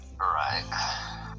right